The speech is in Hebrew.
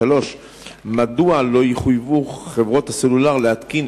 3. מדוע לא יחויבו חברות הסלולר להתקין